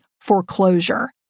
foreclosure